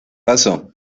pasó